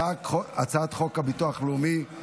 אני קובע כי הצעת חוק הכניסה לישראל (תיקון,